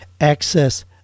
Access